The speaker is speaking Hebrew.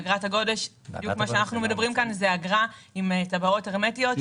אגרת הגודש היא אגרה עם טבעות הרמטיות.